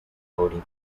body